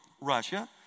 Russia